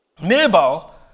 Nabal